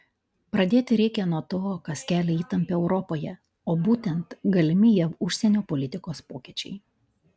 pradėti reikia nuo to kas kelia įtampą europoje o būtent galimi jav užsienio politikos pokyčiai